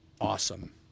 awesome